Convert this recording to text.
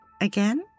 Again